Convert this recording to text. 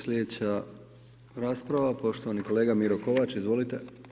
Slijedeća rasprava poštovani kolega Miro Kovač, izvolite.